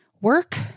work